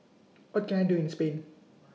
What Can I Do in Spain